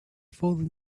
fallen